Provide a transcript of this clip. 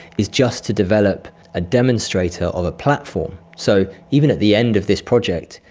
is just to develop a demonstrator of a platform. so even at the end of this project,